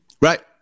right